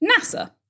NASA